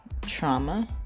trauma